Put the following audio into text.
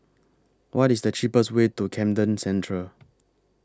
What IS The cheapest Way to Camden Centre